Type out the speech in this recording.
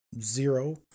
Zero